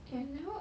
eh I never